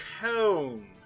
cone